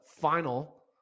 final